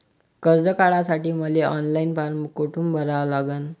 कर्ज काढासाठी मले ऑनलाईन फारम कोठून भरावा लागन?